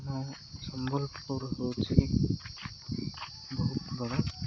ମୁଁ ସମ୍ବଲପୁର ହେଉଛି ବହୁତ ବଡ଼